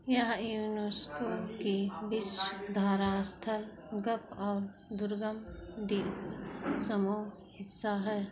यह यूनेस्को की विश्व धरा अस्थल गफ़ और दुर्गम द्वीप समूह हिस्सा है